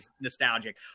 nostalgic